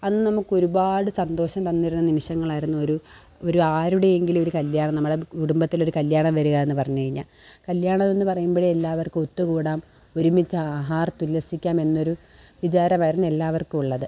അന്ന് നമുക്കൊരുപാട് സന്തോഷം തന്നൊരു നിമിഷങ്ങളായിരുന്നൊരു ഒരു ആരുടെയെങ്കിലും ഒരു കല്യാണം നമ്മുടെ കുടുംബത്തിലൊരു കല്യാണം വാരുകാന്ന് പറഞ്ഞ് കഴിഞ്ഞാൽ കല്യാണമെന്ന് പറയുമ്പഴേ എല്ലാവർക്കും ഒത്തു കൂടാം ഒരുമിച്ച് ആർത്തുല്ലസിക്കാം എന്നൊരു വിചാരമായിരുന്നെല്ലാവർക്കുമുള്ളത്